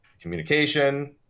Communication